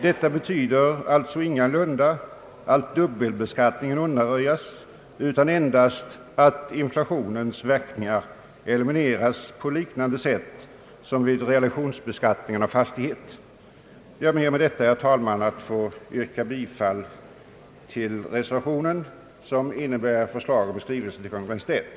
Detta betyder ingalunda att dubbelbeskattningen undanröjes utan endast att inflationens verkningar elimineras på liknande sätt som vid realisationsvinstbeskattning av fastighet. Jag ber med detta, herr talman, att få yrka bifall till reservationen, som innebär skrivelse till Kungl. Maj:t.